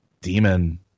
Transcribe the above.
demon